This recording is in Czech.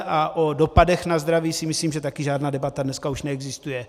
A o dopadech na zdraví si myslím, že taky žádná debata dneska už neexistuje.